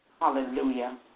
Hallelujah